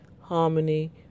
harmony